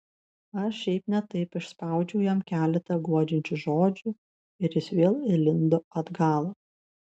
aš šiaip ne taip išspaudžiau jam keletą guodžiančių žodžių ir jis vėl įlindo atgal